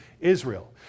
Israel